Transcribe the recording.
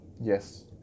yes